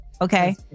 Okay